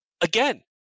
again